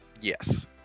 yes